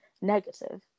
negative